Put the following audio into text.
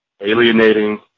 alienating